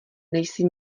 nejsi